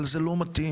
אבל, זה לא מתאים.